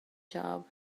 job